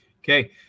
Okay